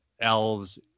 elves